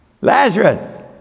Lazarus